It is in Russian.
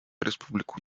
республику